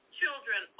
children